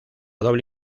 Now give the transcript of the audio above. doble